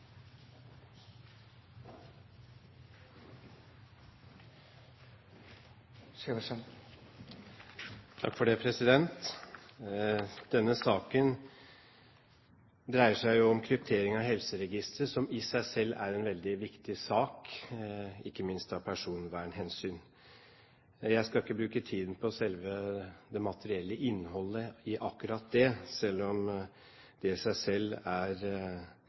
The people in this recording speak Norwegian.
en veldig viktig sak, ikke minst av personvernhensyn. Jeg skal ikke bruke tiden på selve det materielle innholdet i akkurat det, selv om det i seg selv er